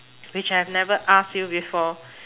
which I have never ask you before